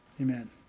Amen